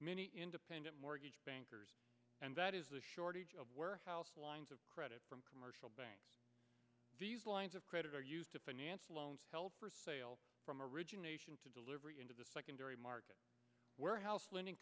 many independent mortgage bankers and that is the shortage of warehouse lines of credit from commercial bank lines of credit are used to finance loans held for sale from origination to delivery into the secondary market warehouse lending